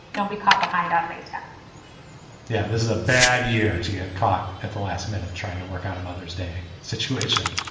don't be caught behind on mayta yeah, this is a bad year to get caught at the last minute trying to work out a mother's day situation.